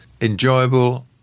enjoyable